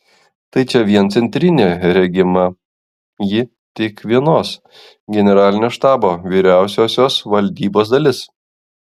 tai čia vien centrinė regima ji tik vienos generalinio štabo vyriausiosios valdybos dalis